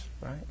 right